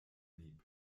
blieb